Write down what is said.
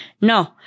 No